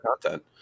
content